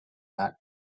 that